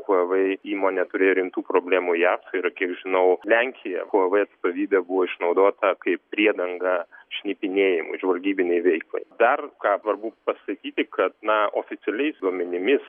huavei įmonė turėjo rimtų problemų jav ir kiek žinau lenkija huavei atstovybė buvo išnaudota kaip priedanga šnipinėjimui žvalgybinei veiklai dar ką svarbu pasakyti kad na oficialiais duomenimis